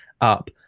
up